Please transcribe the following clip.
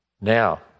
Now